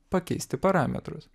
pakeisti parametrus